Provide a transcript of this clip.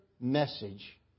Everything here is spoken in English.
message